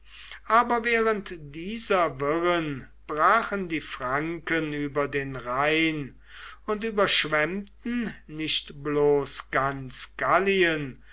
aber während dieser wirren brachen die franken über den rhein und überschwemmten nicht bloß ganz gallien